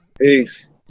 Peace